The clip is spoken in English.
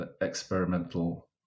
experimental